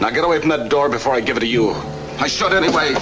not get away from the door before i give it to you i should anyway